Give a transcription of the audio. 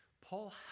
Paul